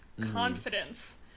confidence